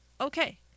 Okay